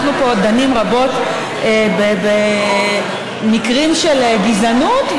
אנחנו פה דנים רבות במקרים של גזענות,